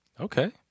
Okay